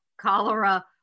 cholera